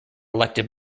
elected